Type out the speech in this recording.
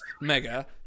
mega